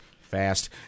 fast